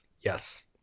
Yes